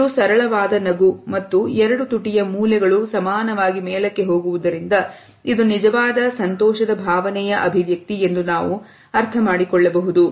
ಇದು ಸರಳವಾದ ನಗು ಮತ್ತು ಎರಡು ತುಟಿಯ ಮೂಲೆಗಳು ಸಮಾನವಾಗಿ ಮೇಲಕ್ಕೆ ಹೋಗುವುದರಿಂದ ಇದು ನಿಜವಾದ ಸಂತೋಷದ ಭಾವನೆ ಅಭಿವ್ಯಕ್ತಿ ಎಂದು ನಾವು ಅರ್ಥಮಾಡಿಕೊಳ್ಳಬಹುದು